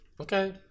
Okay